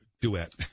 duet